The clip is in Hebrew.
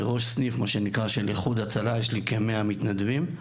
ראש סניף ב-׳איחוד הצלה׳ יש לי כמאה מתנדבים.